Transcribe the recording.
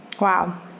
Wow